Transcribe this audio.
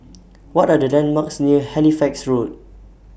What Are The landmarks near Halifax Road